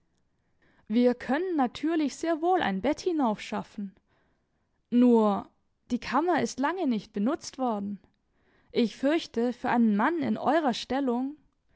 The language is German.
wir können natürlich sehr wohl ein bett hinaufschaffen nur die kammer ist lange nicht benutzt worden ich fürchte für einen mann in eurer stellung